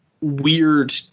weird